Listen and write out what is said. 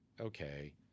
okay